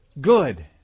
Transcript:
good